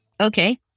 okay